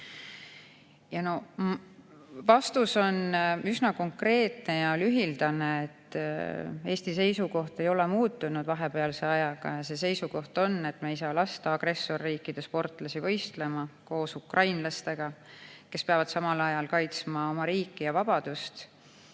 Vastus on üsna konkreetne ja lühike. Eesti seisukoht ei ole vahepealse ajaga muutunud. See seisukoht on selline, et me ei saa lasta agressorriikide sportlasi võistlema koos ukrainlastega, kes peavad samal ajal kaitsma oma riiki ja vabadust.